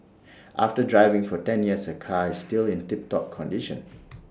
after driving for ten years her car is still in tip top condition